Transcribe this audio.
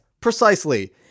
precisely